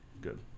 Good